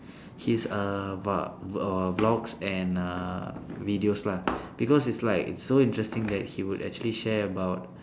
he's uh v~ err vlogs and uh videos lah because he's like so interesting that he would actually share about